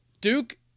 Duke